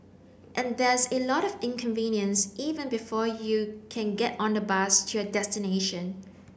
and there's a lot of inconvenience even before you can get on the bus to your destination